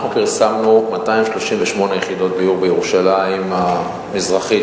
אנחנו פרסמנו 238 יחידות דיור בירושלים המזרחית,